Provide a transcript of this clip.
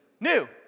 New